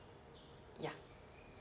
ya